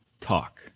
talk